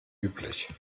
üblich